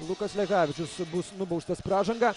lukas lekavičius bus nubaustas pražanga